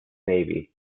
navy